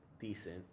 decent